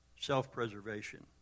Self-preservation